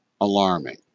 alarming